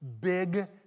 big